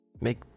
make